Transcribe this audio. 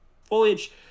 Foliage